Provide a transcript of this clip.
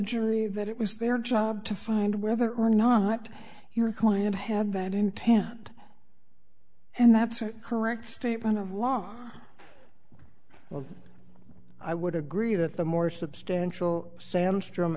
jury that it was their job to find whether or not your client had that intent and that's a correct statement of law well i would agree that the more substantial sa